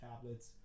tablets